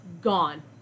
gone